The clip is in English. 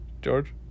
George